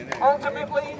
Ultimately